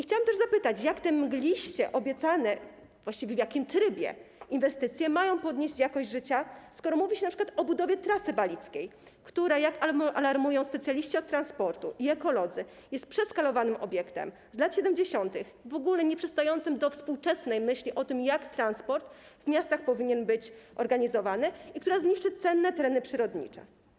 Chciałam też zapytać, jak te mgliście obiecane - właściwie w jakim trybie? - inwestycje mają podnieść jakość życia, skoro mówi się np. o budowie Trasy Balickiej, która jak alarmują specjaliści od transportu i ekolodzy, jest przeskalowanym obiektem z lat 70., w ogóle nieprzystającym do współczesnej myśli o tym, jak powinien być organizowany transport w miastach, i która zniszczy cenne tereny przyrodnicze.